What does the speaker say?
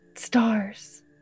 stars